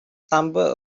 stumbled